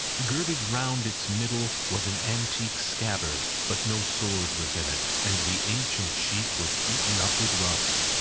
girded round its middle was an antique scabbard but no sword was in it, and the ancient sheath was eaten up with rust.